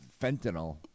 fentanyl